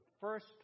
first